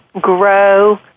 grow